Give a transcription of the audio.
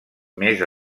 més